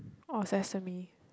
orh sesame